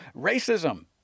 racism